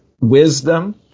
wisdom